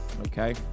Okay